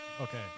Okay